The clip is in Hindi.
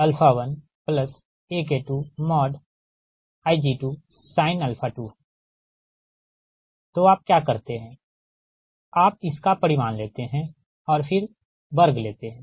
तो आप क्या करते है आप इसका परिमाण लेते है और फिर वर्ग लेते है